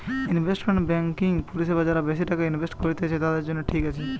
investment banking পরিষেবা যারা বেশি টাকা ইনভেস্ট করত্তিছে, তাদের জন্য ঠিক আছে